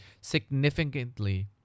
significantly